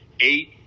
eight